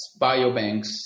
biobanks